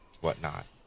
whatnot